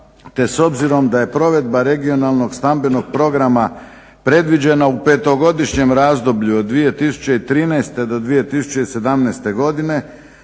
te s obzirom da je provedba regionalnog stambenog programa predviđena u petogodišnjem razdoblju 2013.-2017. godine